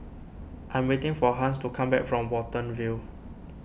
I am waiting for Hans to come back from Watten View